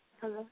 Hello